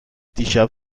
دیشب